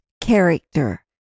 Character